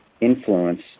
influence